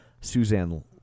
Suzanne